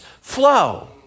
flow